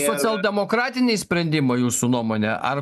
socialdemokratiniai sprendimai jūsų nuomone ar